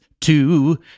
Two